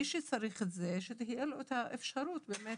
מי שצריך את זה, שתהיה לו האפשרות באמת.